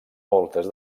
moltes